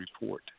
report